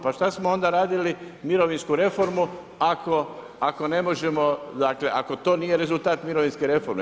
Pa šta samo onda radili mirovinsku reformu ako ne možemo dakle ako to nije rezultat mirovine reforme?